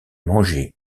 mangeait